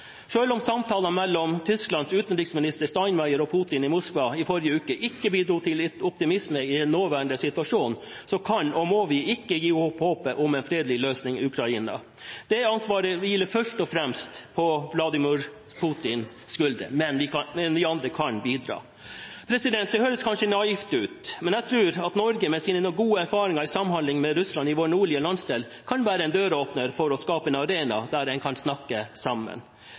om samtalene mellom Tysklands utenriksminister Steinmeier og Putin i Moskva i forrige uke ikke bidro til optimisme i den nåværende situasjonen, kan vi ikke og må vi ikke gi opp håpet om en fredelig løsning i Ukraina. Det ansvaret hviler først og fremst på Vladimir Putins skuldre, men vi andre kan bidra. Det høres kanskje naivt ut, men jeg tror at Norge, med sine gode erfaringer i samhandling med Russland i vår nordlige landsdel, kan være en døråpner for å skape en arena der en kan snakke sammen.